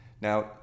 Now